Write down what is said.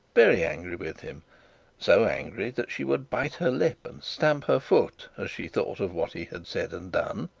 very angry with him so angry that she would bit her lip and stamp her foot as she thought of what he had said and done.